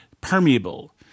permeable